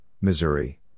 Missouri